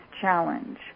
challenge